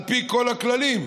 על פי כל הכללים.